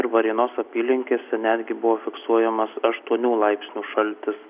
ir varėnos apylinkėse netgi buvo fiksuojamas aštuonių laipsnių šaltis